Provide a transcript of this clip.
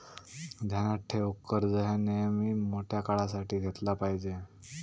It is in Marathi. ध्यानात ठेव, कर्ज ह्या नेयमी मोठ्या काळासाठी घेतला पायजे